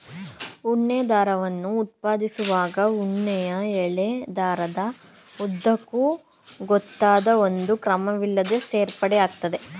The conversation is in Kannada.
ಉಣ್ಣೆ ದಾರವನ್ನು ಉತ್ಪಾದಿಸುವಾಗ ಉಣ್ಣೆಯ ಎಳೆ ದಾರದ ಉದ್ದಕ್ಕೂ ಗೊತ್ತಾದ ಒಂದು ಕ್ರಮವಿಲ್ಲದೇ ಸೇರ್ಪಡೆ ಆಗ್ತದೆ